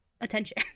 attention